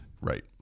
Right